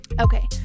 Okay